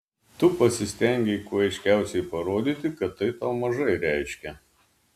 tu pasistengei kuo aiškiausiai parodyti kad tai tau mažai reiškia